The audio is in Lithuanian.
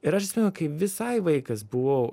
ir aš atsimenu kaip visai vaikas buvau